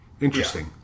Interesting